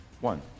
One